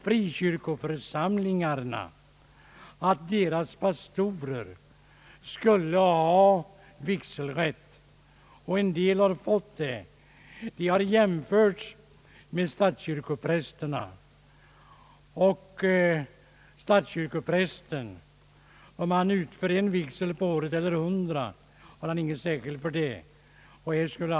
Frikyrkoförsamlingarna vill att deras pastorer skall ha vigselrätt, och en del har fått det. I det avseendet är alltså vissa frikyrkopastorer jämställda med statskyrkoprästerna. Om en statskyrkopräst förrättar en vigsel om året eller hundra spelar ingen roll för den lön han uppbär.